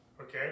Okay